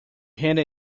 handed